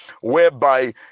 whereby